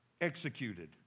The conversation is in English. executed